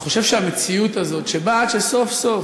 אני חושב שהמציאות הזאת שבה, עד שסוף-סוף